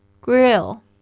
grill